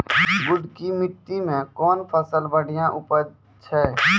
गुड़ की मिट्टी मैं कौन फसल बढ़िया उपज छ?